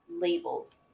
labels